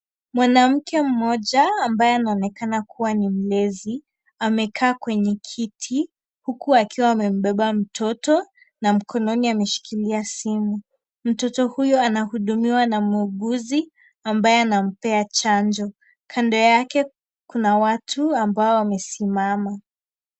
Mwanamke mmoja, ambaye anaonekana kuwa ni mlezi, amekaa kwenye kiti, huku akiwa amembeba mtoto na mkononi ameshikilia simu. Mtoto huyo anahudumiwa na muuguzi ambaye anampea chanjo. Kando yake, kuna watu ambao wamesimama.